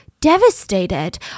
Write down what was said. devastated